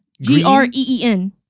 G-R-E-E-N